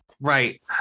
Right